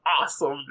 awesome